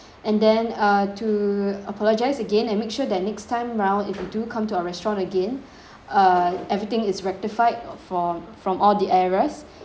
and then uh to apologise again and make sure that next time around if you do come to our restaurant again uh everything is rectified from from all the errors